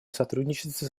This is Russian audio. сотрудничестве